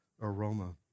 aroma